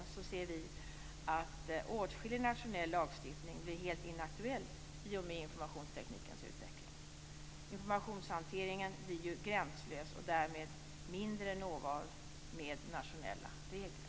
Tvärtom ser vi att åtskillig nationell lagstiftning blir helt inaktuell i och med informationsteknikens utveckling. Informationshanteringen blir ju gränslös och därmed mindre lätt att nå med nationella regler.